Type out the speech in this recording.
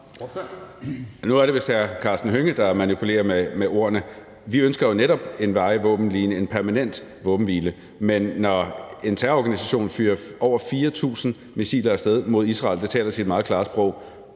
Nu er det vist hr. Karsten Hønge, der manipulerer med ordene. Vi ønsker jo netop en varig våbenhvile, en permanent våbenhvile, men når en terrororganisation fyrer over 4.000 missiler af sted mod Israel, taler det sit meget klare sprog.